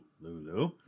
Lulu